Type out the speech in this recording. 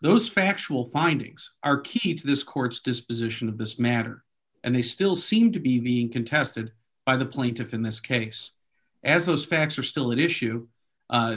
those factual findings are key to this court's disposition of this matter and they still seem to be being contested by the plaintiff in this case as those facts are still an issue